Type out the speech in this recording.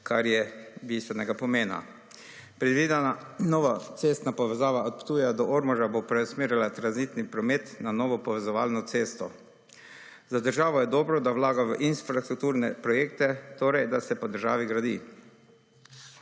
kar je bistvenega pomena. Predvidena nova cestna povezava od Ptuja do Ormoža bo preusmerila tranzitni promet na novo povezovalno cesto. Za državo je dobro, da vlada v infrastrukturne projekte, torej da se po državi gradi.